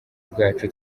bwacu